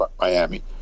Miami